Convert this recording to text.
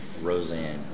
Roseanne